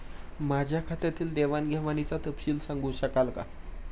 माझ्या खात्यातील देवाणघेवाणीचा तपशील सांगू शकाल काय?